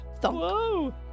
Whoa